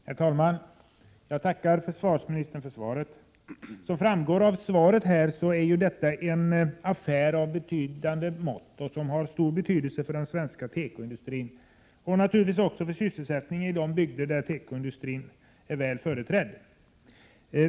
Herr talman! Jag tackar försvarsministern för svaret. Som framgår av svaret är detta en affär av betydande mått. Den har stor betydelse för den svenska tekoindustrin och naturligtvis också för sysselsättningen i de bygder där denna industri är väl företrädd.